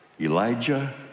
Elijah